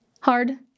hard